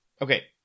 Okay